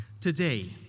today